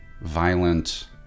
violent